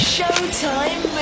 Showtime